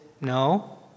no